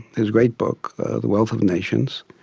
his great book the wealth of nations.